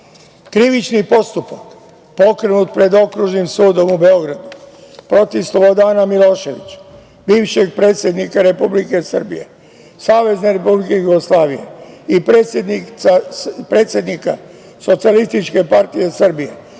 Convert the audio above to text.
jadnije. Krivični postupak pokrenut pred Okružnim sudom u Beogradu protiv Slobodana Miloševića, bivšeg predsednika Republike Srbije, Savezne Republike Jugoslavije i predsednika SPS nije pokrenut